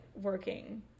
working